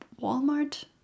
Walmart